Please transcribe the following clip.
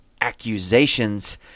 Accusations